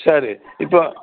சரி இப்போது